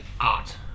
art